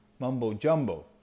Mumbo-jumbo